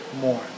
more